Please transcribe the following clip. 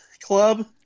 club